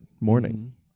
morning